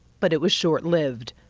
but it was short-lived.